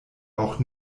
auch